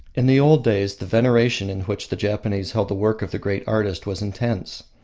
in the old days the veneration in which the japanese held the work of the great artist was intense.